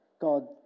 God